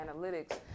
analytics